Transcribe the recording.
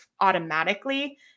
automatically